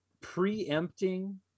preempting